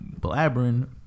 blabbering